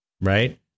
right